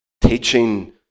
teaching